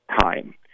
time